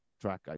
track